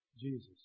Jesus